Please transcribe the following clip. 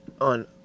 on